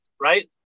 right